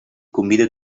convida